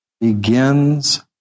begins